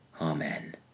Amen